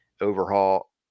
overhaul